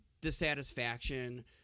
dissatisfaction